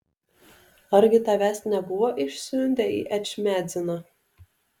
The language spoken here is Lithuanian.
argi tavęs nebuvo išsiuntę į ečmiadziną